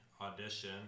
audition